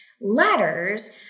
letters